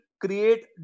create